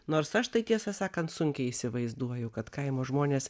nors aš tai tiesą sakant sunkiai įsivaizduoju kad kaimo žmonės